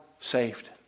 saved